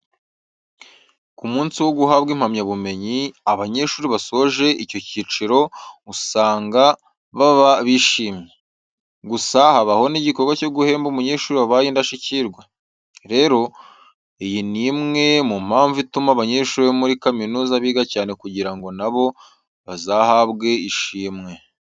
Ku munsi wo guhabwa impamyabumenyi, abanyeshuri basoje icyo cyiciro uzanga baba bishimye. Gusa habaho n'igikorwa cyo guhemba umunyeshuri wabaye indashyikirwa. Rero, iyi ni imwe mu mpamvu ituma abanyeshuri bo muri kaminuza biga cyane kugira ngo na bo bazahabwe ishimwe.